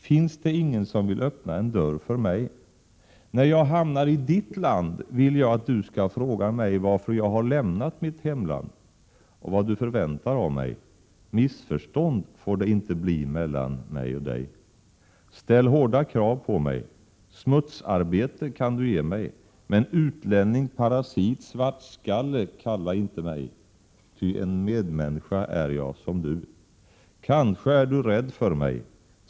Finns det ingen som vill öppna en dörr för mig? När jag hamnar i ditt land vill jag att du skall fråga mig, varför jag har lämnat mitt hemland, och vad du förväntar av mig, missförstånd får det inte bli mellan mig och dig. Ställ hårda krav på mig, smutsarbete kan du ge mig, men utlänning, parasit, svartskalle kalla inte mig, ty en medmänniska är jag som du. Kanske är du rädd för mig.